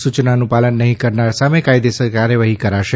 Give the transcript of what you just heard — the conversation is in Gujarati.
સૂચનાઓનું પાલન નહીં કરનાર સામે કાયદેસર કાર્યવાહી કરાશે